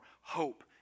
hope